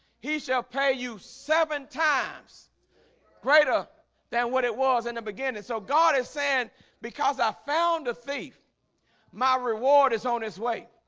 he shall pay you seven times greater than what it was in the beginning. so god is saying because i found a thief my reward is on his way,